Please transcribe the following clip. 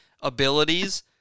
abilities